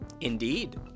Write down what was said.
Indeed